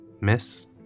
Miss